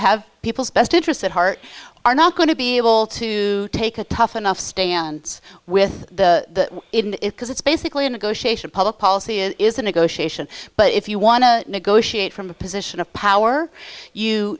have people's best interests at heart are not going to be able to take a tough enough stand with the it because it's basically a negotiation public policy it is a negotiation but if you want to negotiate from a position of power you